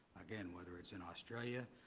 again, whether it is in australia,